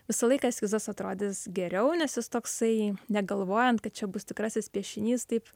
visą laiką eskizas atrodys geriau nes jis toksai negalvojant kad čia bus tikrasis piešinys taip